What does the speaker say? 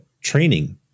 training